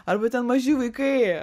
arba ten maži vaikai